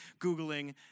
Googling